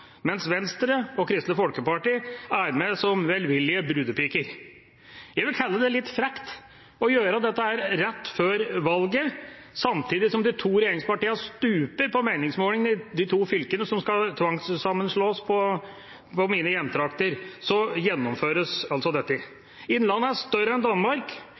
mens Venstre og Kristelig Folkeparti er med som velvillige brudepiker. Jeg vil kalle det litt frekt å gjøre dette rett før valget. Samtidig som de to regjeringspartiene stuper på meningsmålingene i de to fylkene som skal tvangssammenslås på mine hjemtrakter, gjennomføres altså dette. Innlandet er større enn Danmark.